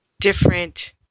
different